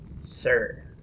sir